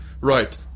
right